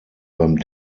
beim